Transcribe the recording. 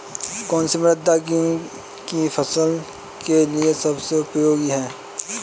कौन सी मृदा गेहूँ की फसल के लिए सबसे उपयोगी है?